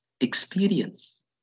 Experience